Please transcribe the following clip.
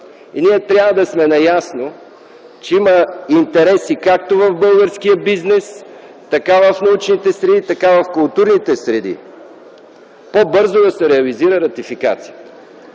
и ние трябва да сме наясно, че има интереси, както в българския бизнес, така в научните среди, така в културните среди, по-бързо да се реализира ратификацията.